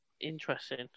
Interesting